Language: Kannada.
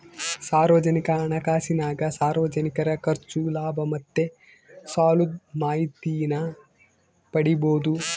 ಸಾರ್ವಜನಿಕ ಹಣಕಾಸಿನಾಗ ಸಾರ್ವಜನಿಕರ ಖರ್ಚು, ಲಾಭ ಮತ್ತೆ ಸಾಲುದ್ ಮಾಹಿತೀನ ಪಡೀಬೋದು